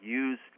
use